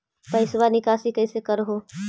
पैसवा निकासी कैसे कर हो?